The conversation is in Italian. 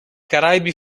caraibi